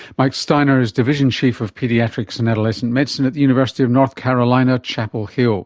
mike steiner is division chief of paediatrics and adolescent medicine at the university of north carolina chapel hill